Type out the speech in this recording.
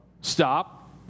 Stop